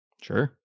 Sure